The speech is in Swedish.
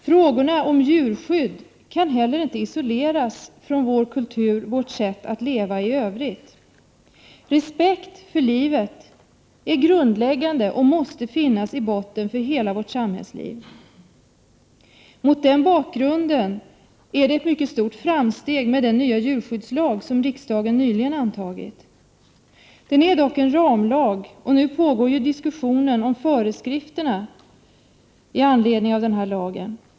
Frågorna om djurskydd kan heller inte isoleras från vår kultur, vårt sätt att leva i övrigt. Respekt för livet är grundläggande och måste finnas i botten för hela vårt samhällsliv. Mot den bakgrunden är den nya djurskyddslag som riksdagen nyligen har antagit ett mycket stort framsteg. Den är dock en ramlag, och nu pågår diskussionen om föreskrifterna i anledning av denna lag.